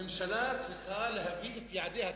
הממשלה צריכה להביא את יעדיה,